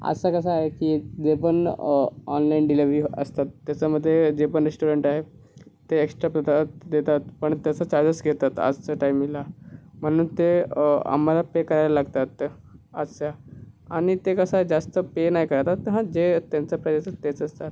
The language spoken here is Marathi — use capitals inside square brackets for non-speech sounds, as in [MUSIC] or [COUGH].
असा कसं आहे की जे पण ऑनलाईन डिलेवीह असतात त्याच्यामध्ये जे पण रेस्टॉरंट आहे ते एक्स्ट्रा पदार्थ देतात पण त्याचं चार्जेस घेतात आजच्या टाईमीला म्हणून ते आम्हाला पे करायला लागतात तर असा आणि ते कसं आहे जास्त पे नाही करत तर हा जे त्यांचं [UNINTELLIGIBLE] तेच असतात